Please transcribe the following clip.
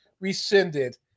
rescinded